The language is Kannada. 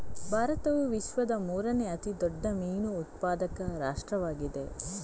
ಭಾರತವು ವಿಶ್ವದ ಮೂರನೇ ಅತಿ ದೊಡ್ಡ ಮೀನು ಉತ್ಪಾದಕ ರಾಷ್ಟ್ರವಾಗಿದೆ